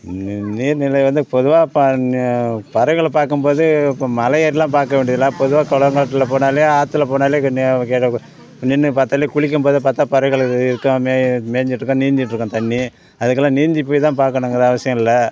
நீ நீர்நிலை வந்து பொதுவாக ப நி பறவைகளை பார்க்கும் போதே இப்போ மலை ஏறியெலாம் பார்க்க வேண்டியதில்ல பொதுவாக குளங்காட்ல போனாலே ஆற்றுல போனாலே க ந கெடவு நின்று பார்த்தாலே குளிக்கும் போது பார்த்தா பறவைகள் இது இருக்கும் மே மேஞ்சிகிட்ருக்கும் நீந்திகிட்ருக்கும் தண்ணி அதுக்கெல்லாம் நீந்தி போய் தான் பார்க்கணுங்கிற அவசியம் இல்லை